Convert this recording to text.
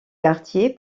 quartier